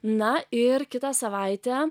na ir kitą savaitę